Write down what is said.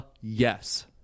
yes